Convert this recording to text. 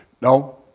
No